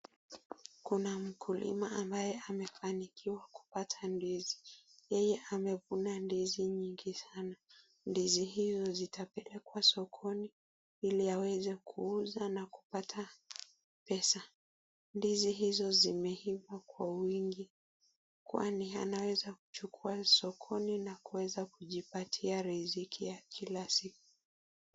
Kuna mkulima ambaye amefanikiwa kupata ndizi, yeye amefuna ndizi mingi sana, ndizi hizo zitapelekwa sokoni ili aweze kuuza na kupata pesa ndizi hizo zimeiva kwa wingi kwani anaweza kuchukua sokoni na kujipatia riziki ya kila siku.